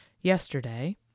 yesterday